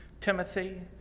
Timothy